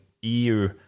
EU